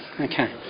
Okay